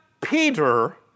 Peter